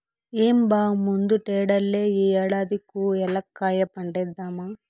ఏం బా ముందటేడల్లే ఈ ఏడాది కూ ఏలక్కాయ పంటేద్దామా